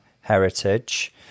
heritage